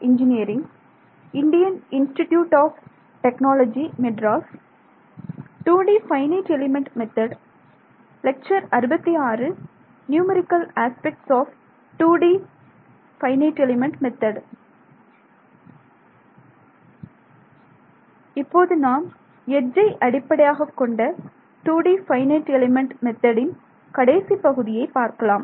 இப்போது நாம் எட்ஜை அடிப்படையாகக்கொண்ட 2D FEM இன் கடைசி பகுதியை பார்க்கலாம்